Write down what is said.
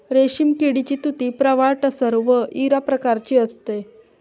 रेशीम किडीची तुती प्रवाळ टसर व इरा प्रकारची असते